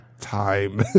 time